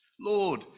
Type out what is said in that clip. Lord